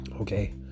okay